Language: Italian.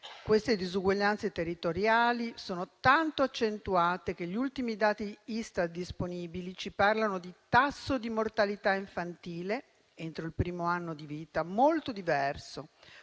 queste disuguaglianze territoriali sono tanto accentuate che gli ultimi dati Istat disponibili ci parlano di tasso di mortalità infantile entro il primo anno di vita molto diverso: